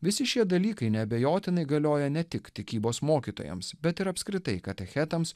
visi šie dalykai neabejotinai galioja ne tik tikybos mokytojams bet ir apskritai katechetams